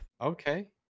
Okay